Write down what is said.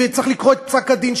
וצריך לקרוא את פסק-הדין,